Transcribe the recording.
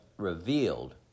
Revealed